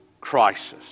crisis